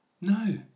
No